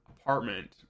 apartment